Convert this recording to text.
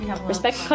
Respect